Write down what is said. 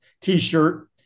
T-shirt